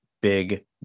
big